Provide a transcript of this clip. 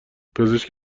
پزشک